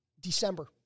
December